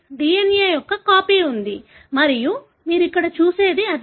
DNA యొక్క copy ఉంది మరియు మీరు ఇక్కడ చూసేది అదే